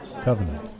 covenant